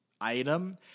item